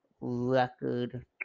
record